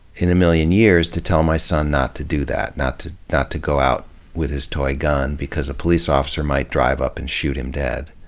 in a million years to tell my son not to do that, not to not to go out with his toy gun because a police officer might drive up and shoot him dead.